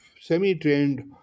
semi-trained